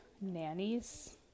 nannies